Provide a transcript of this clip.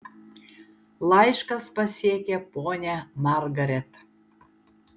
laiškas pasiekė ponią margaret